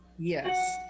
yes